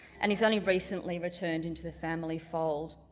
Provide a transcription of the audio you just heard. and he's only recently returned into the family fold